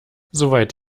soweit